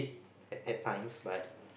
at at times but